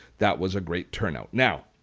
that was a great turnout. now